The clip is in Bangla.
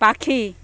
পাখি